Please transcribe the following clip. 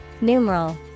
Numeral